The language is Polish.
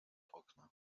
okna